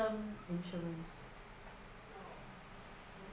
~erm insurance